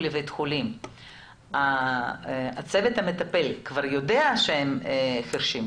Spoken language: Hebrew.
בבית חולים הצוות המטפל כבר יודע שהם חירשים,